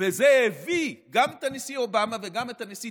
וזה הביא גם את הנשיא אובמה וגם את הנשיא